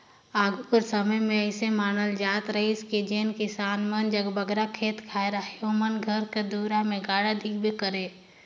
आघु कर समे मे अइसे मानल जात रहिस कि जेन किसान मन जग बगरा खेत खाएर अहे ओमन घर कर दुरा मे गाड़ा दिखबे करे